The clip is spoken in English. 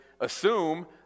assume